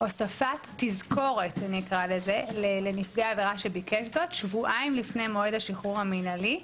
הוספת תזכורת לנפגע עבירה שביקש זאת שבועיים לפני מועד השחרור המינהלי.